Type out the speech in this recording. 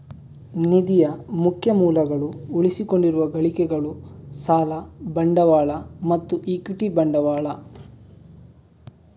ನಿಧಿಯ ಮುಖ್ಯ ಮೂಲಗಳು ಉಳಿಸಿಕೊಂಡಿರುವ ಗಳಿಕೆಗಳು, ಸಾಲ ಬಂಡವಾಳ ಮತ್ತು ಇಕ್ವಿಟಿ ಬಂಡವಾಳ